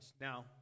Now